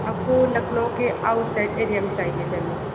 आपको लखनऊ के outside area में चाहिए ज़मीन